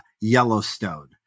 Yellowstone